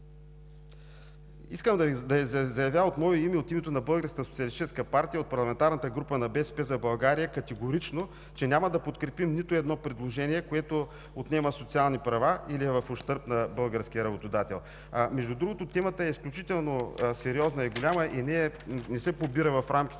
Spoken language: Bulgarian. Искам да Ви заявя от мое име и от името на Българската социалистическа партия, от парламентарната група на „БСП за България“ категорично, че няма да подкрепим нито едно предложение, което отнема социални права или е в ущърб на българския работодател. Между другото, темата е изключително сериозна и голяма и не се побира в рамките